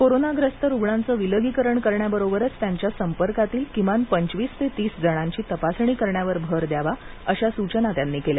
कोरोनाग्रस्त रुग्णांचं विलगीकरण करण्याबरोबरच त्यांच्या संपर्कातील किमान पंचवीस ते तीस जणांची तपासणी करण्यावर भर द्यावा अशा सूचना त्यांनी केल्या